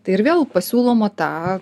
tai ir vėl pasiūloma ta